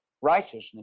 righteousness